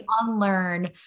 unlearn